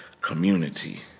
community